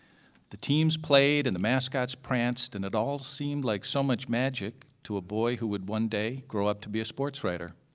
the teams played and the mascots pranced, and it all seemed like so much magic to a boy who would one day grow up to be a sports writer.